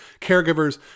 caregivers